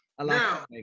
Now